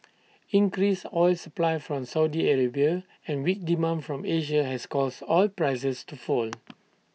increased oil supply from Saudi Arabia and weak demand from Asia has caused oil prices to fall